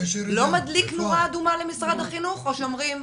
זה לא מדליק נורה אדומה למשרד החינוך או שאומרים: